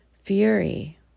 Fury